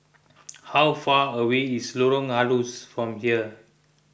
how far away is Lorong Halus from here